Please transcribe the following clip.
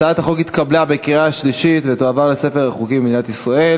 הצעת החוק התקבלה בקריאה שלישית ותועבר לספר החוקים של מדינת ישראל.